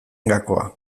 gakoa